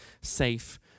safe